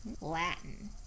Latin